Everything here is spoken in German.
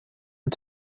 und